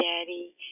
daddy